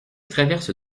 traverse